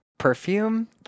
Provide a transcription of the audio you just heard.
Perfume